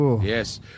Yes